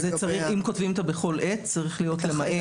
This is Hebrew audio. אם כותבים "בכל עת", צריך להיות "למעט".